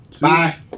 Bye